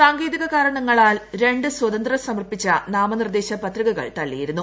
സാങ്കേതിക കാരണങ്ങളാൽ രണ്ട് സ്വതന്ത്രർ സമർപ്പിച്ച നാമനിർദ്ദേശ പത്രികകൾ തള്ളിയിരുന്നു